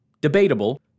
Debatable